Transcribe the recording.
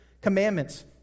commandments